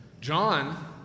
John